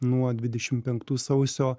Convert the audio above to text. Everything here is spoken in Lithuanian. nuo dvidešim penktų sausio